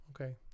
okay